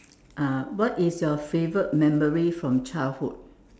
uh what is your favorite memory from childhood